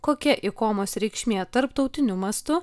kokia ikonos reikšmė tarptautiniu mastu